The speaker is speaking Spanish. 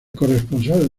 corresponsal